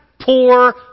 poor